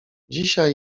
dzisiaj